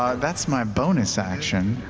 um that's my bonus action.